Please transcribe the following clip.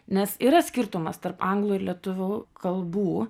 nes yra skirtumas tarp anglų ir lietuvių kalbų